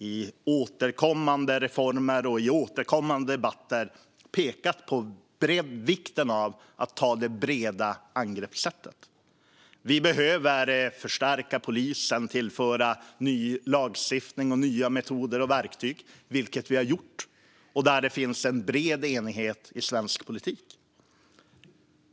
I återkommande reformer och i återkommande debatter har vi pekat på vikten av det breda angreppssättet. Vi behöver förstärka polisen och tillföra ny lagstiftning och nya metoder och verktyg, vilket vi har gjort. Där finns en bred enighet i svensk politik.